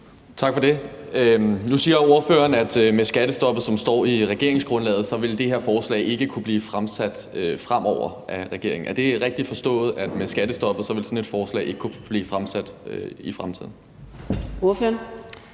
Tak for det. Nu siger ordføreren, at med skattestoppet, som står i regeringsgrundlaget, vil det her forslag ikke kunne blive fremsat fremover af regeringen. Er det rigtigt forstået, at med skattestoppet vil sådan et forslag ikke kunne blive fremsat i fremtiden? Kl.